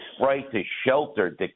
right-to-shelter